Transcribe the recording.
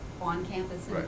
on-campus